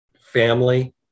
family